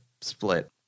Split